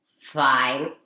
fine